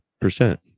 percent